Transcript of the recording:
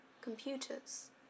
computers